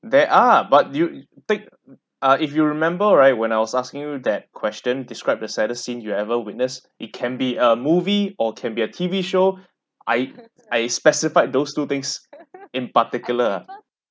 there are but you take ah if you remember right when I was asking you that question describe the saddest scene you ever witness it can be a movie or can be a T_V show I I specified those two things in particular